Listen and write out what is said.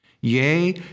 Yea